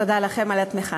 תודה לכם על התמיכה.